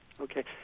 okay